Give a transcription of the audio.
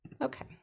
Okay